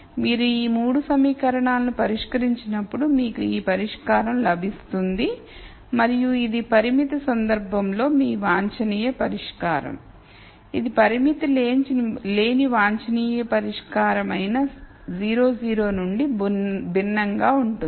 మీరు ఈ 3 సమీకరణాలను పరిష్కరించినప్పుడు మీకు ఈ పరిష్కారం లభిస్తుంది మరియు ఇది పరిమిత సందర్భంలో మీ వాంఛనీయ పరిష్కారం ఇది పరిమితి లేని వాంఛనీయ పరిష్కారం అయిన 00 నుండి భిన్నంగా ఉంటుంది